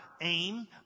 aim